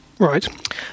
Right